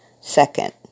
Second